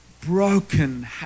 broken